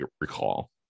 recall